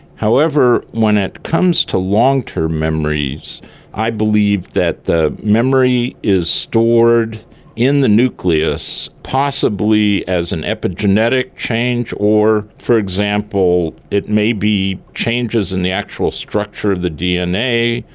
however, when it comes to long-term memories i believe that the memory is stored in the nucleus, possibly as an epigenetic change or, for example, it may be changes in the actual structure of the dna.